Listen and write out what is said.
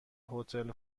هتل